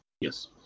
Yes